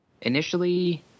initially